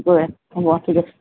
গৈ আছোঁ হ'ব ঠিক আছে